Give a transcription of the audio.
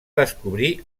descobrir